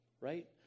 Right